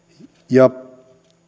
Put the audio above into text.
ja